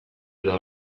eta